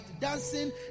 dancing